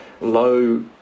low